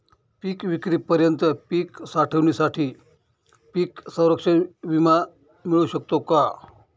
पिकविक्रीपर्यंत पीक साठवणीसाठी पीक संरक्षण विमा मिळू शकतो का?